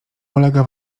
ulega